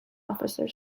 officer